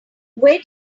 where